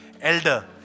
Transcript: elder